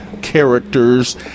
characters